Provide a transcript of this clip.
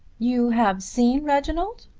you have seen reginald?